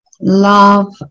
Love